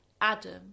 Adam